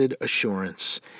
assurance